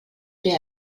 fer